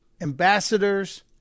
ambassadors